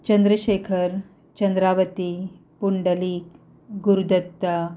Chandrashekhar Chandravati Pundalik Gurudatta